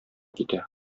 китә